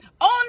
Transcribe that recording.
on